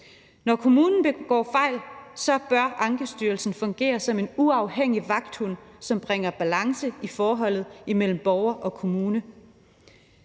Når kommunen begår fejl, bør Ankestyrelsen fungere som en uafhængig vagthund, som bringer balance i forholdet mellem borger og kommune.